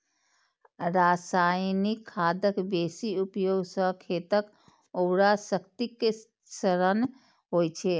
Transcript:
रासायनिक खादक बेसी उपयोग सं खेतक उर्वरा शक्तिक क्षरण होइ छै